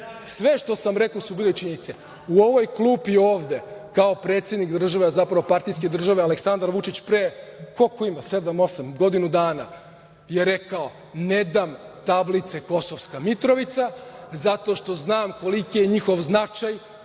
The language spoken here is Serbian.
Sve što sam rekao su bile činjenice. U ovoj klupi ovde kao predsednik države, a zapravo partijske države, Aleksandar Vučić pre, koliko ima, sedam, osam, godinu dana je rekao – ne dam tablice Kosovska Mitrovica zato što znam koliki je njihov značaj